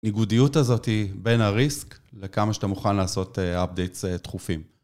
ניגודיות הזאתי בין הריסק, לכמה שאתה מוכן לעשות updates תכופים.